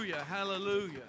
hallelujah